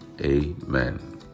Amen